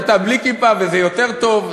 אתה בלי כיפה וזה יותר טוב,